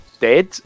dead